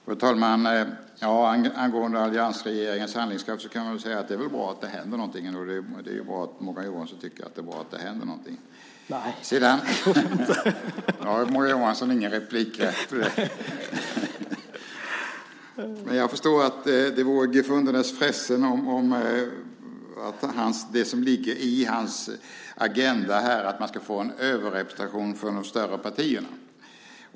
Fru talman! Angående alliansregeringens handlingskraft kan man väl säga att det är bra att det händer någonting. Det är bra att Morgan Johansson tycker att det är bra att det händer någonting. Nu har Morgan Johansson ingen replikrätt, men jag förstår att det vore gefundenes Fressen att få en överrepresentation från de större partierna.